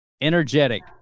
energetic